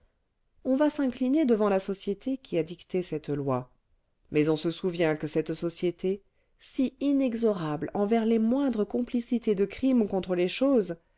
on va s'incliner devant la société qui a dicté cette loi mais on se souvient que cette société si inexorable envers les moindres complicités de crimes contre les choses